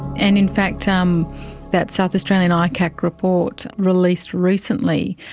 and in fact um that south australian icac report released recently,